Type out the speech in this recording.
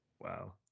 Wow